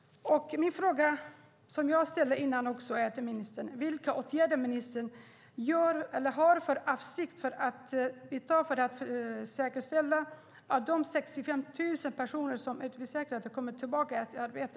Vilka åtgärder har ministern för avsikt att vidta för att säkerställa att de 65 000 personer som är utförsäkrade kommer tillbaka till arbete?